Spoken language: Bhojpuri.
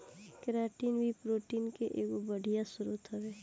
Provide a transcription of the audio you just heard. केराटिन भी प्रोटीन के एगो बढ़िया स्रोत हवे